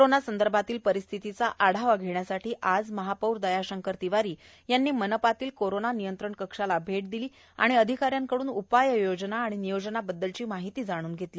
corona संदर्भातील परिस्थितीचा आढावा घेण्यासाठी आज महापौर दयाशंकर तिवारी यांनी मनपातील कोरोना नियंत्रण कक्षाला भेट दिली आणि अधिकाऱ्यांकडून उपाययोजना आणि नियोजनाबद्दलची माहिती जाणून घेतली